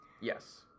Yes